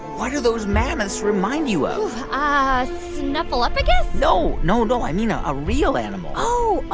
what do those mammoths remind you of? ah snuffleupagus? no, no, no, i mean a ah real animal oh, ah